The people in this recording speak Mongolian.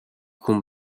хүн